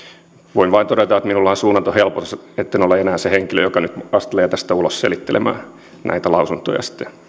voin vain todeta että minulle on suunnaton helpotus etten ole enää se henkilö joka nyt astelee tästä ulos selittelemään näitä lausuntoja